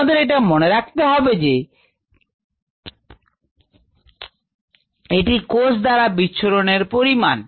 আমাদের এটা মনে রাখতে হবে যে এটি কোষ দ্বারা বিচ্ছুরণের পরিমাপ